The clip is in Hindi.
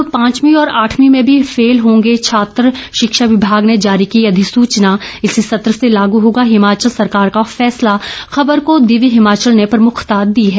अब पांचवी और आठवीं में भी फेल होंगे छात्र शिक्षा विभाग ने जारी की अधिसूचना इसी सत्र से लागू होगा हिमाचल सरकार का फैसला खबर को दिव्य हिमाचल ने प्रमुखता दी है